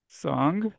song